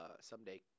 someday